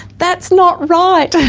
that's not right!